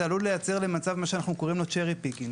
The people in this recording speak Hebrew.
זה עלול לייצר מצב לו אנחנו קוראים Cherry Picking,